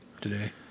today